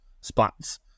spots